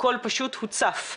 הכול פשוט הוצף.